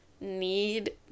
need